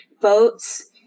boats